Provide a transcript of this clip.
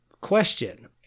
question